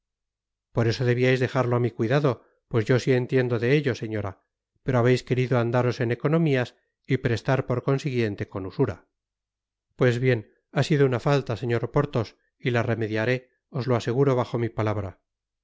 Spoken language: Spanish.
por eso debiais dejarlo á mi cuidado pues yo si entiendo de ello señora pero habeis querido andaros en economias y prestar por consiguiente con usura pues bien ha sido una falta señor porthos y la remediaré os lo aseguro bajo mi palabra